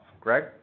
Greg